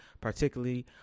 particularly